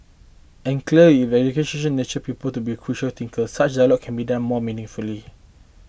and clearly if the education nurtured people to be critical thinker such dialogue can be done more meaningfully